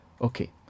okay